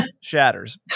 shatters